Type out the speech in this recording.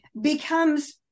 becomes